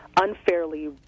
unfairly